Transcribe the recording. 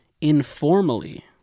informally